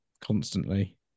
constantly